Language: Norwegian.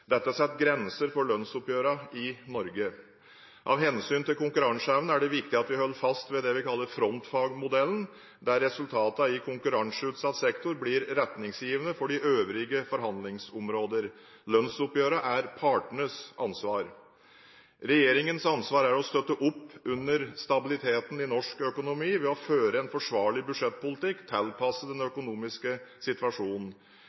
Dette setter grenser for lønnsoppgjørene i Norge. Av hensyn til konkurranseevnen er det viktig at vi holder fast ved det vi kaller frontfagsmodellen, der resultatene i konkurranseutsatt sektor blir retningsgivende for de øvrige forhandlingsområdene. Lønnsoppgjørene er partenes ansvar. Regjeringens ansvar er å støtte opp under stabiliteten i norsk økonomi ved å føre en forsvarlig budsjettpolitikk, tilpasset den økonomiske situasjonen.